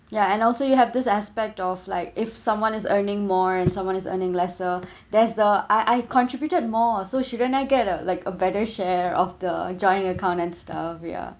ya and also you have this aspect of like if someone is earning more and someone is earning lesser there's the I I contributed more oh so shouldn't I get a like a better share of the joint account and stuff ya